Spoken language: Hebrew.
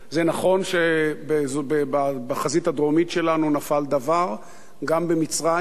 נכון שבחזית הדרומית שלנו נפל דבר גם במצרים,